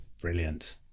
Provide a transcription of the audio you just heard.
Brilliant